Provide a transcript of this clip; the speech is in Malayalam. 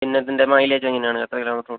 പിന്നെ ഇതിൻ്റെ മൈലേജ് എങ്ങനെയാണ് എത്ര കിലോമീറ്റർ ഓടും